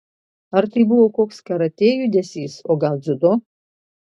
ar tai buvo koks karatė judesys o gal dziudo